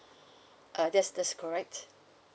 uh yes that's correct